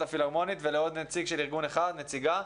הפילהרמונית ולעוד נציגה של ארגון אחד.